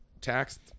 taxed